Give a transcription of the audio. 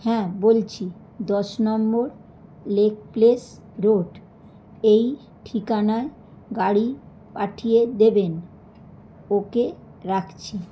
হ্যাঁ বলছি দশ নম্বর লেক প্লেস রোড এই ঠিকানায় গাড়ি পাঠিয়ে দেবেন ওকে রাখছি